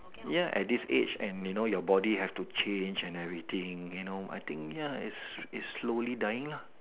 ya at this age and you know your body have to change and everything you know I think ya its its slowly dying lah